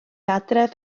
adref